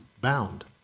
bound